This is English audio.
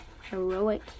heroic